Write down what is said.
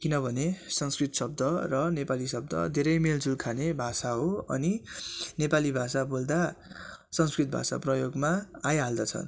किनभने संस्कृत शब्द र नेपाली शब्द धेरै मेलजुल खाने भाषा हो अनि नेपाली भाषा बोल्दा संस्कृत भाषा प्रयोगमा आइहाल्दछ